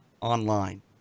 online